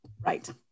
Right